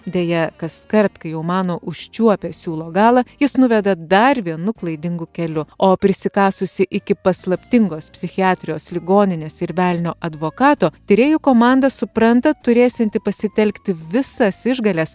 deja kaskart kai jau mano užčiuopę siūlo galą jis nuveda dar vienu klaidingu keliu o prisikasusi iki paslaptingos psichiatrijos ligoninės ir velnio advokato tyrėjų komanda supranta turėsianti pasitelkti visas išgales